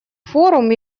форум